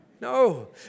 No